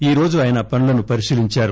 ఈరోజు ఆయన పనులను పరిశీలించారు